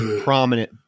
prominent